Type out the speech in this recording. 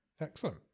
Excellent